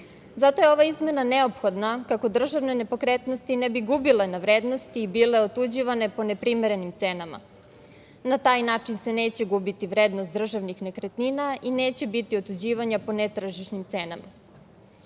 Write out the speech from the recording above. Zato je ova izmena neophodna kako državne nepokretnosti ne bi gubile na vrednosti i bile otiđivane po neprimerenim cenama. Na taj način se neće gubiti vrednost državnih nekretnina i neće biti otuđivanja po netržišnim cenama. Ova